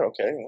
Okay